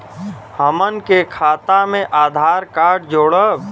हमन के खाता मे आधार कार्ड जोड़ब?